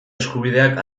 eskubideak